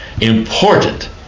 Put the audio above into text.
important